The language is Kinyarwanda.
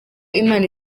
imana